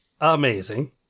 amazing